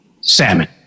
salmon